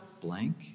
blank